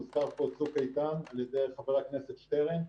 הוזכר פה צוק איתן על ידי חבר הכנסת שטרן.